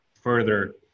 further